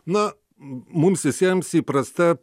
na mums visiems įprasta